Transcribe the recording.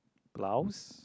blouse